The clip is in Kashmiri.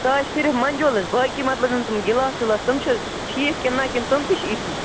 سۄ آسہِ صِرف مَنجولَس باقٕے مطلب یِم تِم گِلاس وِلاس تِم چھِ حظ ٹھیٖک کِنہٕ نہَ کِنہٕ تِم تہِ چھِ یِتھی